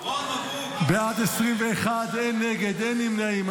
בעד, 21, אין נגד, אין נמנעים.